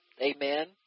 Amen